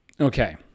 Okay